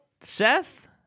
Seth